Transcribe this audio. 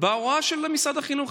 בהוראה של משרד החינוך.